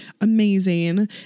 amazing